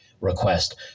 request